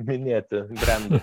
minėti brendo